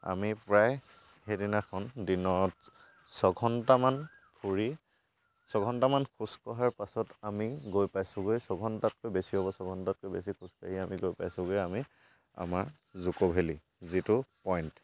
আমি প্ৰায় সিদিনাখন দিনত ছঘণ্টামান ফুৰি ছঘণ্টামান খোজ কঢ়াৰ পাছত আমি গৈ পাইছোগৈ ছঘণ্টাতকৈ বেছি হ'ব ছঘণ্টাতকৈ বেছি খোজ কাঢ়ি আমি পাইছোগৈ আমাৰ জুকো ভেলি যিটো পইণ্ট